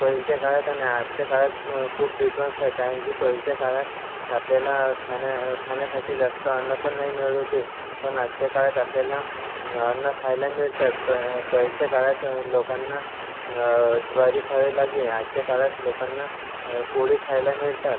पहिल्या काळात आणि आजच्या काळात खूप डिफरन्स आहे कारण की पहिल्या काळात आपल्याला खाण्या खाण्यासाठी जास्त अन्नपण नाही मिळत होते पण आजच्या काळात आपल्याला अन्न खायला मिळते प पहिल्या काळात लोकांना ज्वारी खावी लागे आजच्या काळात लोकांना पोळी खायला मिळते